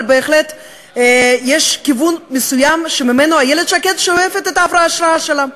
אבל בהחלט יש כיוון מסוים שממנו איילת שקד שואבת את ההשראה שלה.